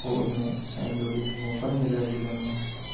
होर निं अजें धोड़ी मौका नी मिलेआ अग्गें जाने दा